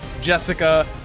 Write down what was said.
Jessica